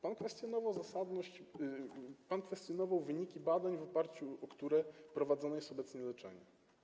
Pan kwestionował zasadność, pan kwestionował wyniki badań, w oparciu o które prowadzone jest obecnie leczenie.